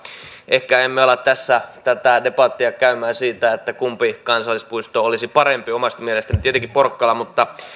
ehkä emme ala tässä tätä debattia käymään siitä kumpi kansallispuisto olisi parempi omasta mielestäni tietenkin porkkala mutta